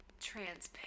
transparent